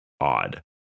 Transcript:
odd